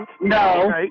No